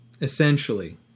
Essentially